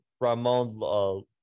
Ramon